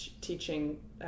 teaching